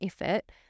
effort